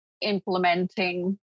implementing